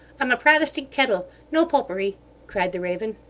i'm a protestant kettle, no popery cried the raven.